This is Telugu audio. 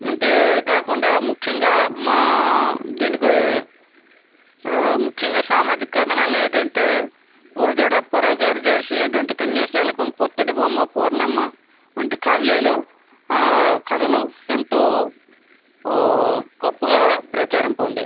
అంతే కాకుండా ముఖ్యంగా మా దీనికి ముఖ్యంగా సామాజిక కారణాలు ఏంటంటే గురజాడ అప్పారావు గారు రాసినటువంటి కన్యాశుల్కం పుత్తడిబొమ్మ పూర్ణమ్మ వంటి కావ్యాలు కథలు ఎంతో గొప్పగా ప్రచారం పొందాయి